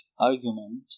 argument